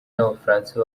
n’abafaransa